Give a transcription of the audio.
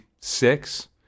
six